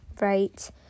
Right